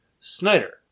Snyder